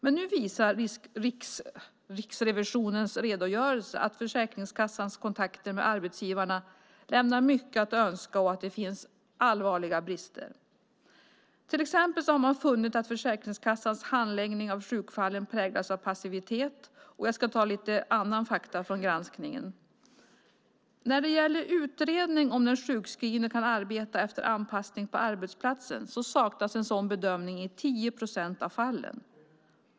Men nu visar Riksrevisionens redogörelse att Försäkringskassans kontakter med arbetsgivarna lämnar mycket att önska och att det finns allvarliga brister. Till exempel har man funnit att Försäkringskassans handläggning av sjukfallen präglas av passivitet. Det finns också andra fakta som framkommer i granskningen. När det gäller utredning av om den sjukskrivne kan arbeta efter anpassning på arbetsplatsen saknas en sådan bedömning i 10 procent av fallen.